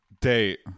date